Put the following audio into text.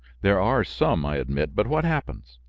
there are some, i admit but what happens?